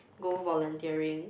go volunteering